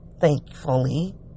thankfully